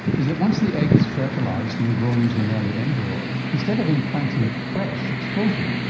is that once the egg is fertilised and grown into an early embryo, instead of implanting it fresh, it's frozen.